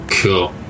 Cool